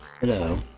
Hello